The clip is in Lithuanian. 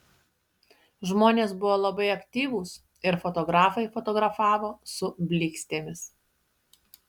žmonės buvo labai aktyvūs ir fotografai fotografavo su blykstėmis